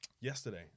yesterday